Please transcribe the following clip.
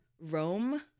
rome